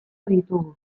ditugu